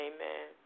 Amen